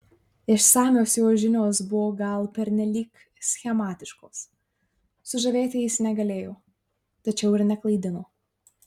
išsamios jo žinios buvo gal pernelyg schematiškos sužavėti jis negalėjo tačiau ir neklaidino